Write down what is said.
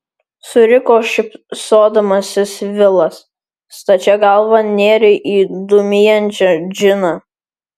suriko šypsodamasis vilas stačia galva nėrei į dūmijančią džiną